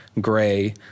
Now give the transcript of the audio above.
gray